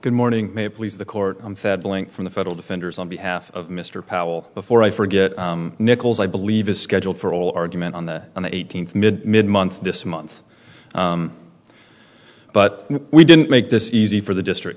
good morning may it please the court ruling from the federal defenders on behalf of mr powell before i forget nichols i believe is scheduled for all argument on the on the eighteenth mid month this month but we didn't make this easy for the district